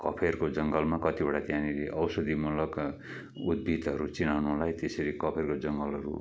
कफेरको जङ्गलमा कतिवचा त्याँनिर औषधीमुलक उद्भिदहरू चिनाउनलाई त्यसरी कफेरको जङगलहरू